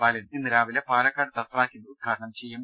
ബാലൻ ഇന്ന് രാവിലെ പാലക്കാട് തസ്രാക്കിൽ ഉദ്ഘാടനം ചെയ്യും